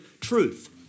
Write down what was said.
truth